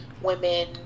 women